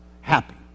happy